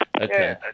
Okay